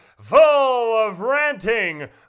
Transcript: full-of-ranting